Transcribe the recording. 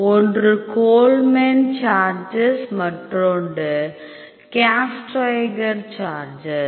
ஒன்று Coleman charges மற்றொன்று கேஸ்ட்டைகர் சார்ஜஸ்